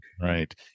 Right